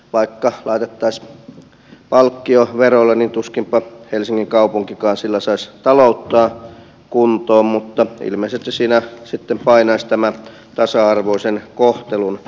vaikka laitettaisiin palkkio verolle niin tuskinpa helsingin kaupunkikaan sillä saisi talouttaan kuntoon mutta ilmeisesti siinä sitten painaisi tämä tasa arvoisen kohtelun näkökulma